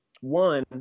one